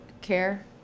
care